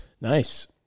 nice